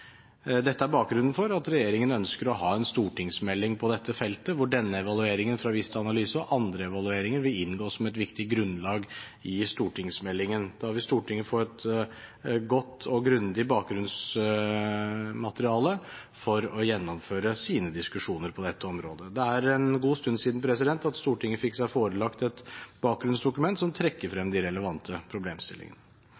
Dette er bakgrunnen for at regjeringen ønsker å ha en stortingsmelding om dette feltet, hvor denne evalueringen fra Vista Analyse og andre evalueringer vil inngå som et viktig grunnlag. Da vil Stortinget få et godt og grundig bakgrunnsmateriale for å gjennomføre sine diskusjoner på dette området. Det er en god stund siden Stortinget fikk seg forelagt et bakgrunnsdokument som trekker frem de relevante problemstillingene.